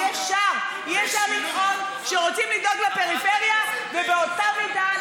חברת הכנסת ורבין,